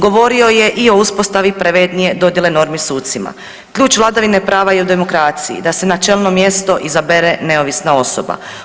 Govorio je i o uspostavi pravednije dodjele normi sucima, ključ vladavine prava i o demokraciji da se na čelno mjesto izabere neovisna osoba.